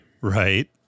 Right